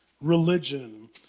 religion